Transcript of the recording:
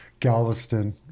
Galveston